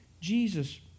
Jesus